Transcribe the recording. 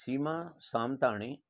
Seema Samtani